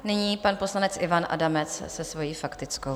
Nyní pan poslanec Ivan Adamec se svojí faktickou.